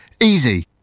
Easy